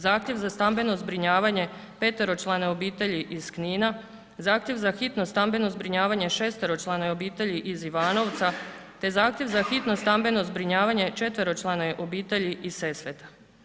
Zahtjev za stambeno zbrinjavanje peteročlane obitelji iz Knina, zahtjev za hitno stambeno zbrinjavanje šesteročlane obitelji iz Ivanovca, te zahtjev za hitno stambeno zbrinjavanje četveročlane obitelji iz Sesveta.